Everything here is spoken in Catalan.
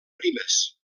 primes